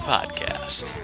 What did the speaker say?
Podcast